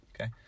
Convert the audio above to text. Okay